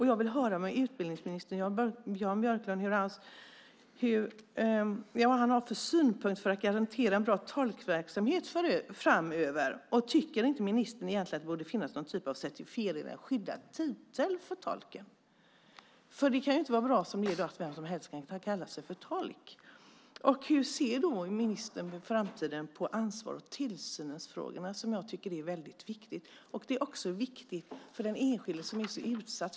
Jag vill höra vad utbildningsminister Jan Björklund har för synpunkter när det gäller att garantera en bra tolkverksamhet framöver. Tycker inte ministern att det borde finnas någon typ av certifiering eller skyddad titel för tolkar? Det kan inte vara bra som det är i dag att vem som helst ska kunna kalla sig för tolk. Hur ser ministern på ansvars och tillsynsfrågorna i framtiden som jag tycker är väldigt viktiga? De är också viktiga för den enskilde som är så utsatt.